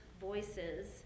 voices